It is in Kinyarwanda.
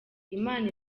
imana